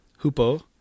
hupo